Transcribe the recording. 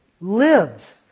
lives